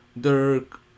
Dirk